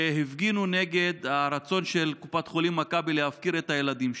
שהפגינו נגד הרצון של קופת חולים מכבי להפקיר את הילדים שלהם.